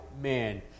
man